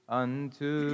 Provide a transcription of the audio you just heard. unto